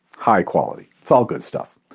high quality. it's all good stuff.